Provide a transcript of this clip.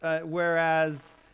Whereas